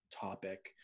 topic